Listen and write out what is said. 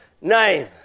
name